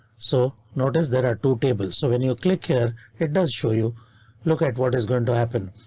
so notice there are two tables, so when you click here it does show you look at what is going to happen,